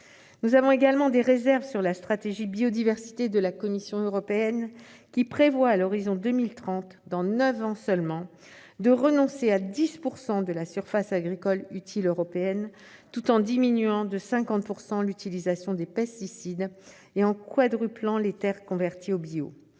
Nous avons également des réserves sur la stratégie biodiversité de la Commission européenne, qui prévoit, à l'horizon 2030, soit dans neuf ans seulement, de renoncer à 10 % de la surface agricole utile européenne, tout en diminuant de 50 % l'utilisation des pesticides et en quadruplant les terres converties au bio.